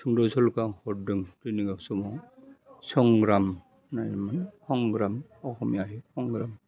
सुंद'सल' आं हरदों समाव संग्राम लाइमोन हंग्राम अखमियाहै हंग्राम